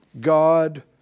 God